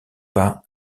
pas